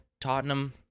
Tottenham